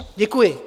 Děkuji.